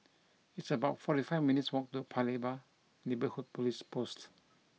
it's about forty five minutes' walk to Paya Lebar Neighbourhood Police Post